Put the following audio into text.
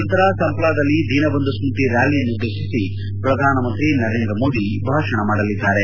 ನಂತರ ಸಂಪ್ಲಾದಲ್ಲಿ ದೀನಬಂಧು ಸ್ಕತಿ ರ್ತಾಲಿಯನ್ನುದ್ದೇಶಿಸಿ ಪ್ರಧಾನಮಂತ್ರಿ ನರೇಂದ್ರ ಮೋದಿ ಭಾಷಣ ಮಾಡಲಿದ್ದಾರೆ